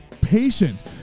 patient